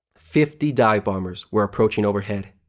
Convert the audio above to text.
fifty dive-bombers were approaching overhead,